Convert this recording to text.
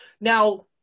now